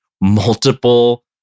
multiple